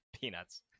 Peanuts